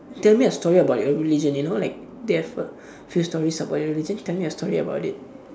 tell me a story about your religion you know like they have a few stories about your religion tell me a story about it